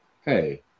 hey